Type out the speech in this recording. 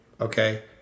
okay